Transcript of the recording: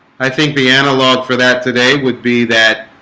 i think the analog for that today would be that